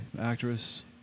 Actress